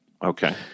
Okay